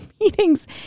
meetings